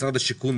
משרד השיכון,